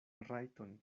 rajton